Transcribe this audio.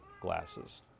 glasses